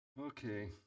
Okay